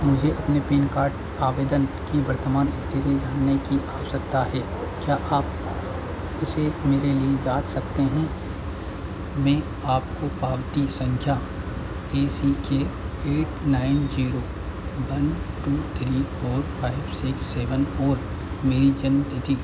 मुझे अपने PAN card आवेदन की वर्तमान स्थिति जानने की आवश्यकता है क्या आप इसे मेरे लिए जाँच सकते हैं मैं आपको पावती संख्या A C K eight nine zero one two three four five six seven और मेरी जन्म तिथि